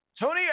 Tony